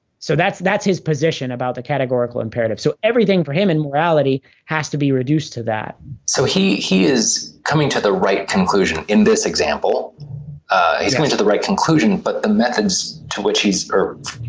so that's that's his position about the categorical imperative so everything for him and morality has to be reduced to that so he he is coming to the right conclusion in this example he's coming to the right conclusion but the ah methods to which he's